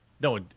no